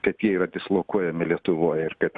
kad jie yra dislokuojami lietuvoj ir kad